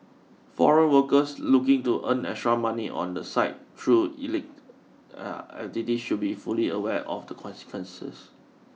foreign workers looking to earn extra money on the side through illit activities should be fully aware of the consequences